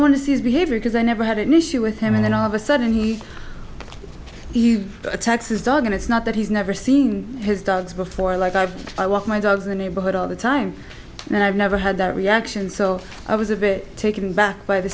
want to see his behavior because i never had an issue with him in an obvious sudden he attacks his dog and it's not that he's never seen his dogs before like i i walk my dogs in the neighborhood all the time and i've never had that reaction so i was a bit taken aback by the